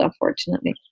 unfortunately